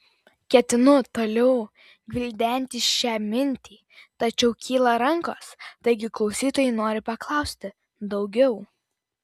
ketinu toliau gvildenti šią mintį tačiau kyla rankos taigi klausytojai nori paklausti daugiau